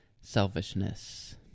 selfishness